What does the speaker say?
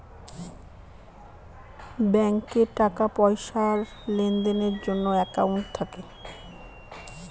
ব্যাঙ্কে টাকা পয়সার লেনদেনের জন্য একাউন্ট থাকে